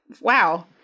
wow